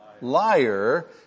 liar